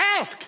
ask